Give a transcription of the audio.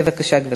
בבקשה, גברתי.